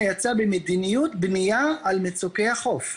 יצאה במדיניות בנייה על מצוקי החוף.